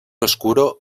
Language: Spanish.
oscuro